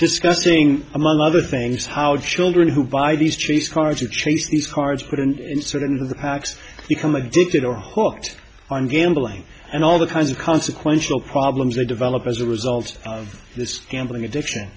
disgusting among other things how the children who buy these trees cars to chase these cars put in sort of packs become addicted or hooked on gambling and all the kinds of consequential problems they develop as a result of this gambling addiction